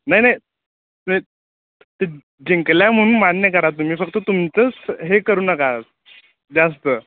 नाही नाही ते ते जिंकल्या म्हणून मान्य करा तुम्ही फक्त तुमचंच हे करू नका जास्त